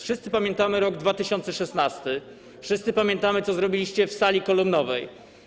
Wszyscy pamiętamy rok 2016, wszyscy pamiętamy, co zrobiliście w sali kolumnowej.